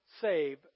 save